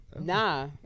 Nah